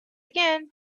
again